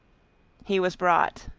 he was brought,